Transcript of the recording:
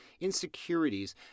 insecurities